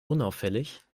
unauffällig